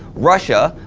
russia,